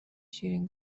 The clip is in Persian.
شیرین